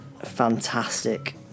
fantastic